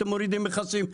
אתם מורידים מכסים,